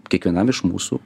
kiekvienam iš mūsų